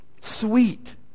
sweet